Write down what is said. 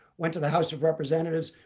went to the house of representatives,